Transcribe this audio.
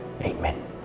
Amen